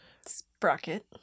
Sprocket